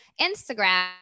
Instagram